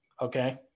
Okay